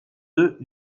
deux